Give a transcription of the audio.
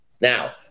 Now